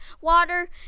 water